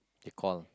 they call